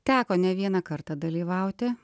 teko ne vieną kartą dalyvauti